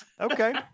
Okay